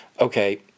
okay